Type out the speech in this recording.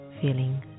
feeling